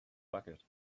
bucket